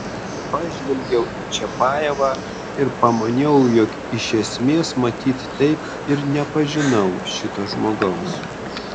pažvelgiau į čiapajevą ir pamaniau jog iš esmės matyt taip ir nepažinau šito žmogaus